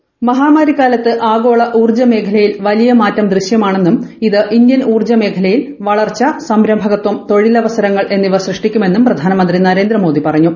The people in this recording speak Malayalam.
വോയ്സ് മഹാമാരി കാലത്ത് ആഗോള ഊർജ്ജ മേഖലയിൽ വലിയ മാറ്റം ദൃശ്യമാണെന്നും ഇത് ഇന്ത്യൻ ഊർജ്ജ മേഖലയിൽ വളർച്ച സംരംഭകത്വം തൊഴിലവസരങ്ങൾ എന്നിവ സൃഷ്ടിക്കുമെന്നും പ്രധാനമന്ത്രി നരേന്ദ്രമോദി പറഞ്ഞു